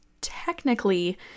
technically